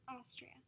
Austria